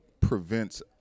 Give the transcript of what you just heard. prevents